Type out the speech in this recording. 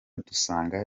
dusanga